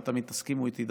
לא תמיד תסכימו איתי,